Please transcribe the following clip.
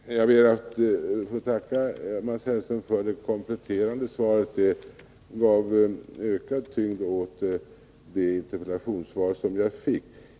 Herr talman! Jag ber att få tacka Mats Hellström för det kompletterande svaret. Det gav ökad tyngd åt det interpellationssvar jag fick.